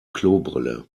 klobrille